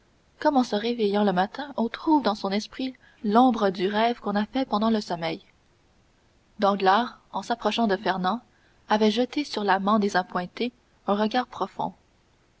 comme en se réveillant le matin on trouve dans son esprit l'ombre du rêve qu'on a fait pendant le sommeil danglars en s'approchant de fernand avait jeté sur l'amant désappointé un regard profond